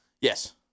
Yes